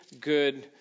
good